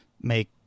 make